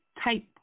type